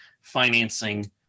Financing